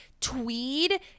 Tweed